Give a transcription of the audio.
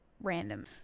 random